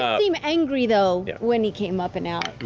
um seem angry, though, when he came up and out.